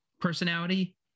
personality